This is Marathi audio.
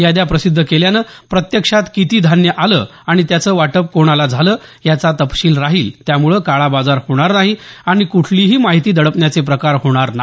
याद्या प्रसिद्ध केल्यामुळे प्रत्यक्षात किती धान्य आलं आणि त्याचं वाटप कोणाला झालं याचा तपशील राहील त्यामुळे काळाबाजार होणार नाही आणि कुठलीही माहिती दडपण्याचे प्रकार होणार नाहीत असं देशमुख यांनी स्पष्ट केल आहे